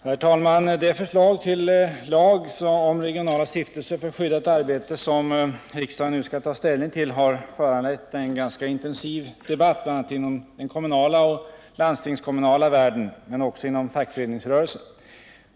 Herr talman! Det förslag till lag om regionala stiftelser för skyddat arbete som riksdagen nu skall ta ställning till har föranlett en ganska intensiv debatt bl.a. inom den kommunala och landstingskommunala världen men också inom fackföreningsrörelsen.